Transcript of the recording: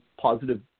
positive